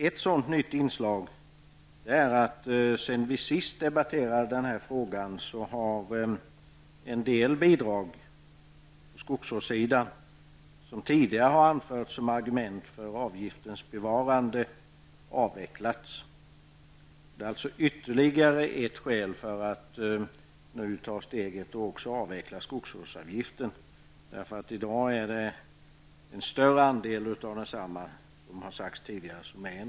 Ett nytt inslag är att sedan vi sist debatterade den här frågan har en del bidrag på skogsvårdssidan, som tidigare har anförts som argument för avgiftens bevarande, avvecklats. Det är alltså ytterligare ett skäl för att nu ta steget fullt ut och även avveckla skogsvårdsavgiften. I dag är, som tidigare har sagts, en större andel av densamma en ren skatt.